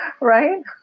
Right